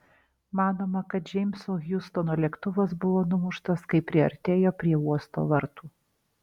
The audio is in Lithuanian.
manoma kad džeimso hjustono lėktuvas buvo numuštas kai priartėjo prie uosto vartų